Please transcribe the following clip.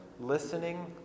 listening